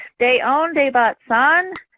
day-own-day-baht-tsahn.